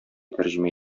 тәрҗемә